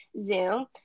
Zoom